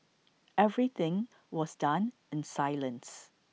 everything was done in silence